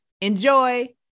enjoy